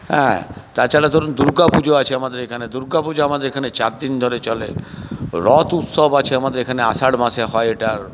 হ্যাঁ তাছাড়া ধরুন দুর্গাপুজো আছে আমাদের এখানে দুর্গাপুজো আমাদের এখানে চার দিন ধরে চলে রথ উৎসব আছে আমাদের এখানে আষাঢ় মাসে হয় এটা